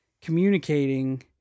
communicating